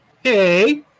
hey